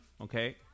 okay